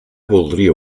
voldria